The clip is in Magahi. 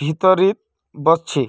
भीतरीत वस छे